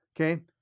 okay